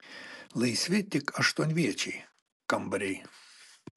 laisvi tik aštuonviečiai kambariai